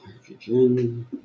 hydrogen